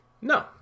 No